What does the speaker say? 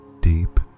deep